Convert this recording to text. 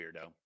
weirdo